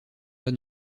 pas